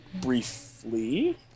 briefly